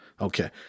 Okay